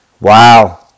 Wow